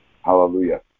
Hallelujah